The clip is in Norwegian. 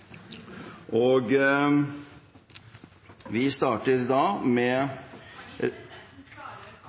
og vi er fornøyd med